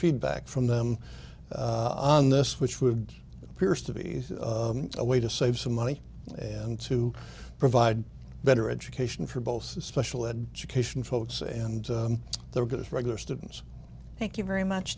feedback from them on this which would appears to be a way to save some money and to provide better education for both the special ed cation folks and their good as regular students thank you very much